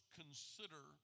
consider